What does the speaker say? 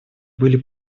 были